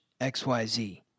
XYZ